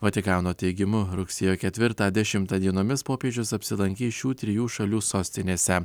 vatikano teigimu rugsėjo ketvirtą dešimtą dienomis popiežius apsilankys šių trijų šalių sostinėse